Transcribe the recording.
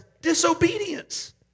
disobedience